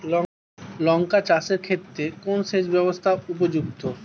লঙ্কা চাষের ক্ষেত্রে কোন সেচব্যবস্থা উপযুক্ত?